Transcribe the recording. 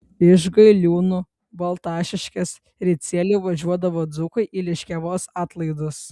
iš gailiūnų baltašiškės ricielių važiuodavo dzūkai į liškiavos atlaidus